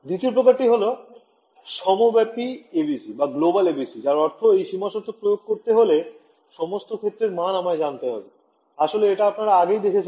দ্বিতীয় প্রকারটি হল সর্বব্যাপী ABC যার অর্থ এই সীমা শর্ত প্রয়োগ করতে হলে সমস্ত ক্ষেত্রের মান আমায় জানতে হবে আসলে এটা আপনারা আগেই দেখেছেন